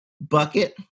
bucket